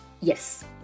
Yes